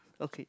okay